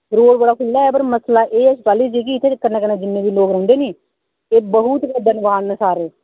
road बड़ा खुल्ला ऐ पर मसला एह् ऐ शिपाली जी कि इत्थें कन्नै कन्नै जिन्ने बी लोग रौहंदे नी ओह् बहोत गै बलवान न सारे